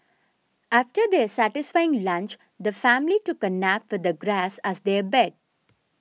after their satisfying lunch the family took a nap the grass as their bed